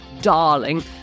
darling